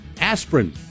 aspirin